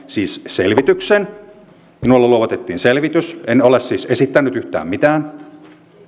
siis selvityksen minulle luovutettiin selvitys en ole siis esittänyt yhtään mitään